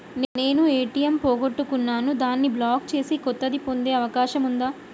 నేను ఏ.టి.ఎం పోగొట్టుకున్నాను దాన్ని బ్లాక్ చేసి కొత్తది పొందే అవకాశం ఉందా?